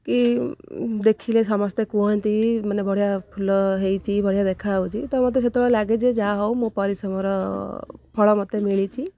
କି ଦେଖିଲେ ସମସ୍ତେ କୁହନ୍ତି ମାନେ ବଢ଼ିଆ ଫୁଲ ହୋଇଛି ବଢ଼ିଆ ଦେଖାଯାଉଛି ତ ମୋତେ ସେତେବେଳେ ଲାଗେ ଯେ ଯାହା ହେଉ ମୋ ପରିଶ୍ରମର ଫଳ ମୋତେ ମିଳିଛି